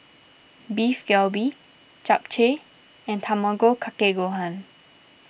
Beef Galbi Japchae and Tamago Kake Gohan